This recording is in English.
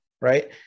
right